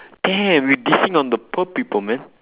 damn you dissing on the poor people man